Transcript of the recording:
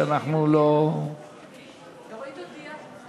דורית הודיעה.